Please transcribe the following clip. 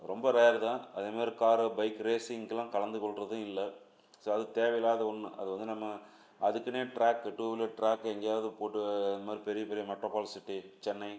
ரொம்ப ரேரு தான் அதே மாரி காரு பைக் ரேஸிங்க்குலாம் கலந்துக்கொள்கிறதும் இல்லை ஸோ அது தேவையில்லாத ஒன்று அது வந்து நம்ம அதுக்குன்னே ட்ராக்கு டூ வீலர் ட்ராக்கு எங்கேயாவது போட்டு இந்த மாதிரி பெரியப் பெரிய மெட்ரோஃபால் சிட்டி சென்னை